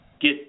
get